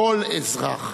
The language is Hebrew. כל אזרח.